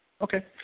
Okay